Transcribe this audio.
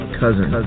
cousin